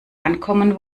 ankommen